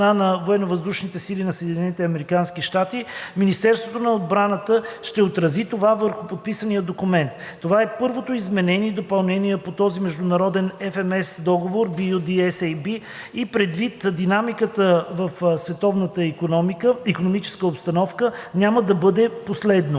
на САЩ Министерството на отбраната ще отрази това върху подписания документ. Това е първото изменение и допълнение по този международен FMS договор BU-D-SAB и предвид динамиката в световната икономическа обстановка няма да бъде последно.